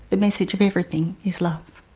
the message of everything is love.